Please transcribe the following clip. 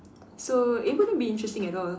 so it wouldn't be interesting at all